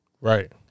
Right